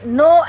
no